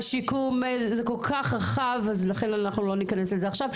זה כל כך רחב ולכן לא ניכנס לזה עכשיו.